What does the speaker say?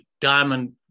diamond